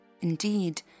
Indeed